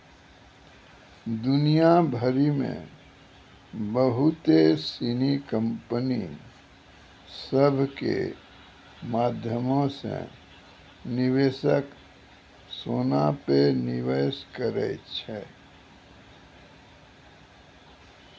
दुनिया भरि मे बहुते सिनी कंपनी सभ के माध्यमो से निवेशक सोना पे निवेश करै छै